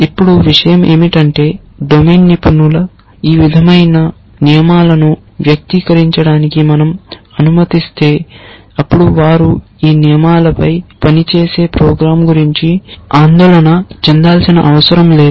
ఇప్పుడు విషయం ఏమిటంటే డొమైన్ నిపుణులను ఈ విధమైన నియమాలను వ్యక్తీకరించడానికి మన০ అనుమతిస్తే అప్పుడు వారు ఈ నియమాలపై పనిచేసే ప్రోగ్రామ్ గురించి ఆందోళన చెందాల్సిన అవసరం లేదు